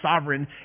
sovereign